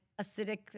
acidic